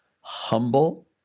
humble